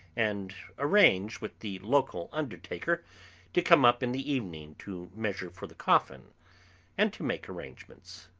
and arranged with the local undertaker to come up in the evening to measure for the coffin and to make arrangements.